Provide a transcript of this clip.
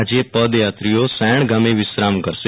આજે પદયાત્રીઓ સાયણ ગામે વિશ્રામ કરશે